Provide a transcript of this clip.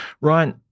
Ryan